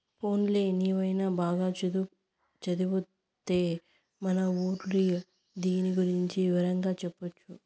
పోన్లే నీవైన బాగా చదివొత్తే మన ఊర్లో దీని గురించి వివరంగా చెప్పొచ్చు